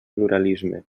pluralisme